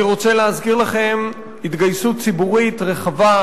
אני רוצה להזכיר לכם: התגייסות ציבורית רחבה,